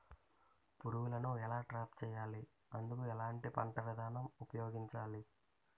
పురుగులను ఎలా ట్రాప్ చేయాలి? అందుకు ఎలాంటి పంట విధానం ఉపయోగించాలీ?